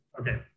okay